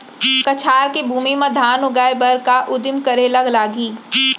कछार के भूमि मा धान उगाए बर का का उदिम करे ला लागही?